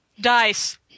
Dice